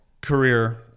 career